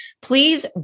please